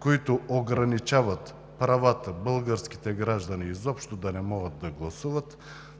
които ограничават правата българските граждани изобщо да не могат да гласуват,